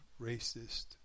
racist